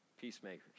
peacemakers